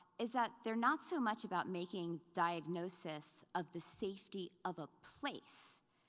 is that they're not so much about making diagnoses of the safety of a place,